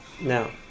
now